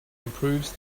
improves